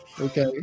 Okay